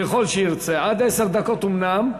ככל שירצה, עד עשר דקות אומנם,